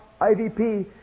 IVP